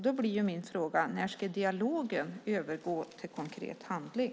Då blir min fråga: När ska dialogen övergå i konkret handling?